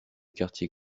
quartier